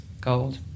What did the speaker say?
Gold